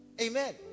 amen